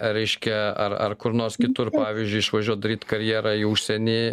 reiškia ar ar kur nors kitur pavyzdžiui išvažiuot daryt karjerą į užsienį